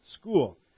school